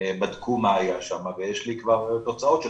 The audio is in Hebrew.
בדקו מה היה שם ויש לי כבר תוצאות של